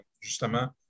justement